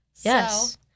Yes